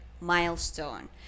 milestone